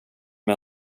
med